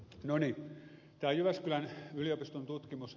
tämä oli jyväskylän yliopiston tutkimus